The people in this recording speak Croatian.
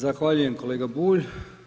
Zahvaljujem kolega Bulj.